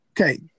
Okay